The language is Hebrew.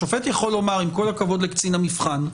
השופט יכול לומר: עם כל הכבוד לקצין המבחן,